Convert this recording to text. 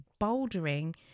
bouldering